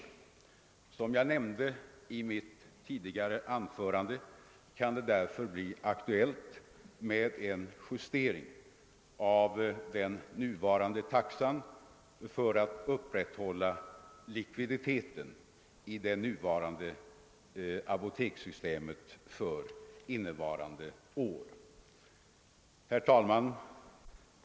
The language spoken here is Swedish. Som jag nämnde i mitt anförande kan det därför bli aktuellt med en justering av den nuvarande taxan för att upprätthålla likviditeten i det nuvarande apotekssystemet för innevarande år. Herr talman!